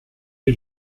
est